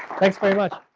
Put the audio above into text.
thanks very much.